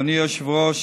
אדוני היושב-ראש,